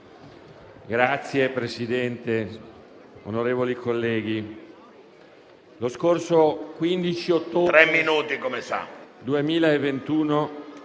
Signor Presidente, onorevoli colleghi, lo scorso 15 ottobre 2021